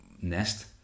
nest